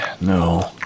no